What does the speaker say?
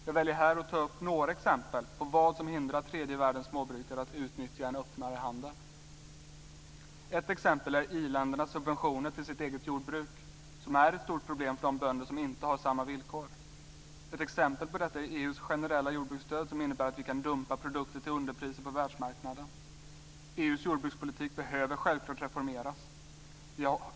Jag väljer här att ta upp några exempel på vad som hindrar tredje världens småbrukare att utnyttja en öppnare handel. Ett exempel är i-ländernas subventioner till sitt eget jordbruk, som är ett stort problem för de bönder som inte har samma villkor. Ett exempel på detta är EU:s generella jordbruksstöd som innebär att vi kan dumpa produkter till underpriser på världsmarknaden. EU:s jordbrukspolitik behöver självklart reformeras.